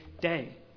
day